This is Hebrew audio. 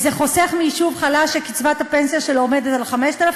חוסך מיישוב חלש שקצבת הפנסיה שלו עומדת על 5,000